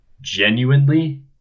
genuinely